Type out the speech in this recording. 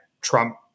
Trump